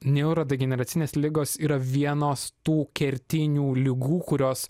neurodegeneracinės ligos yra vienos tų kertinių ligų kurios